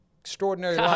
extraordinary